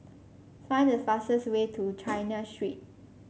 find the fastest way to China Street